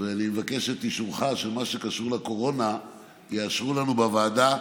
ואני מבקש את אישורך שאת מה שקשור לקורונה יאשרו לנו בוועדה,